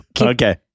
okay